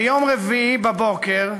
ביום רביעי בבוקר,